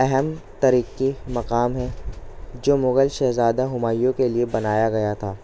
اہم طرح کی مقام ہے جو مغل شہزادہ ہمایوں کے لیے بنایا گیا تھا